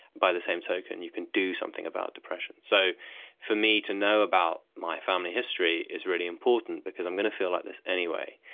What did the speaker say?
by the same token you can do something about depression. so for me to know about my family history is really important because i'm going to feel like this anyway,